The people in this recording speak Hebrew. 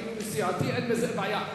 הדיון הוא סיעתי, אין בזה בעיה.